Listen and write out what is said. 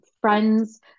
friends